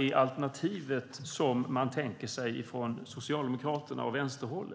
det alternativ som kommer från Socialdemokraterna och vänsterhåll.